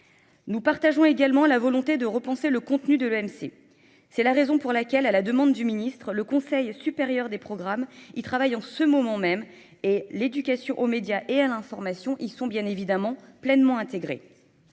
Nous partageons également la volonté de repenser le contenu de l'OMC. C'est la raison pour laquelle, à la demande du ministre, le conseil supérieur des programmes y travaillent en ce moment même et l'éducation aux médias et à l'information y sont bien évidemment pleinement intégrées.